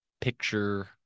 picture